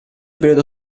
periodo